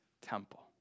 temple